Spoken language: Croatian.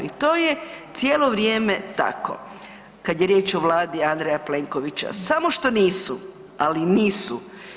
I to je cijelo vrijeme tako kad je riječ o Vladi Andreja Plenkovića, samo što nisu, ali nisu.